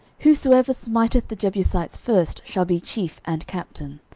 whosoever smiteth the jebusites first shall be chief and captain.